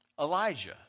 Elijah